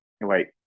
Wait